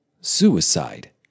suicide